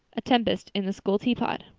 a tempest in the school teapot